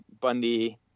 Bundy